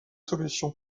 solutions